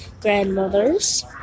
grandmothers